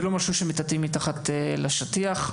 זה לא משהו שמטאטאים מתחת לשטיח.